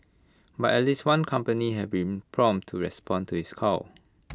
but at least one company has been prompt to respond to his call